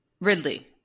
Ridley